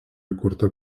įkurta